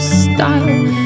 style